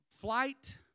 flight